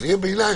אז יהיה ביניים.